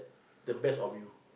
the best of you